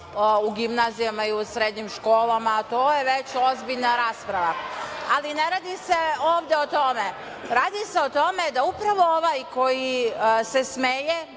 u gimnazijama i u srednjim školama, to je već ozbiljna rasprava. Ali, ne radi se ovde o tome, radi se o tome da upravo ovaj koji se smeje,